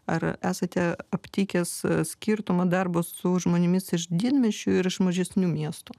ar esate aptikęs skirtumą darbo su žmonėmis iš didmiesčių ir iš mažesnių miestų